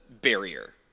barrier